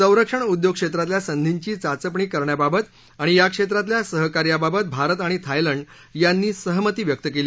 संरक्षण उदयोग क्षेत्रातल्या संधींची चाचपणी करण्याबाबत आणि या क्षेत्रातल्या सहकार्याबाबत भारत आणि थायलंड यांनी सहमती व्यक्त केली